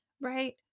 right